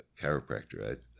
chiropractor